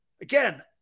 again